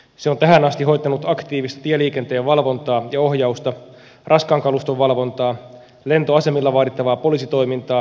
se on tähän asti hoitanut aktiivisesti tieliikenteen valvontaa ja ohjausta raskaan kaluston valvontaa lentoasemilla vaadittavaa poliisitoimintaa ja koulutustehtäviä